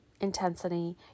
intensity